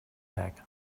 bag